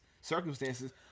circumstances